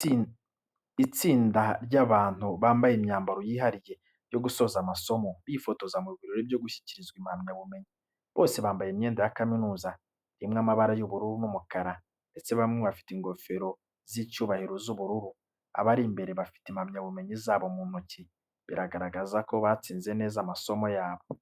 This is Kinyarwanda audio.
Itsinda ry’abantu bambaye imyambaro yihariye yo gusoza amasomo, bifotoza mu birori byo gushyikirizwa impamyabumenyi. Bose bambaye imyenda ya kaminuza irimo amabara y’ubururu n’umukara ndetse bamwe bafite ingofero z’icyubahiro z’ubururu. Abari imbere bafite impamyabumenyi zabo mu ntoki, bigaragaza ko batsinze neza amasomo yabo.